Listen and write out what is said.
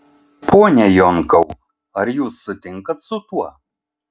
pone jonkau ar jūs sutinkat su tuo